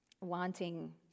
wanting